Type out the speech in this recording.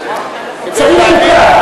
כדי להניע,